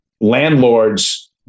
landlords